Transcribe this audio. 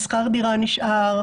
שכר הדירה נשאר,